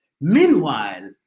Meanwhile